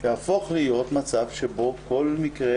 תהפוך להיות מצב שעל כל מקרה